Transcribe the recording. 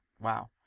wow